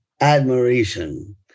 admiration